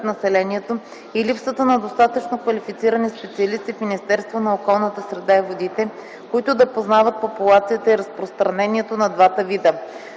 населението и липсата на достатъчно квалифицирани специалисти в Министерството на околната среда и водите, които да познават популацията и разпространението на двата вида.